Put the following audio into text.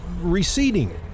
receding